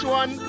one